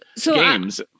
games